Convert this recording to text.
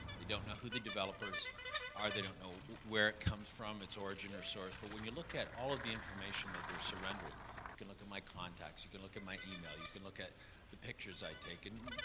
they don't know who the developers are, they don't know w where it comes from, its origin or source, but when you look at all of the information that they're surrendering you can look at my contacts, you can look at my e-mail, you can look at the pictures i take. and